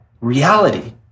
reality